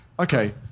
Okay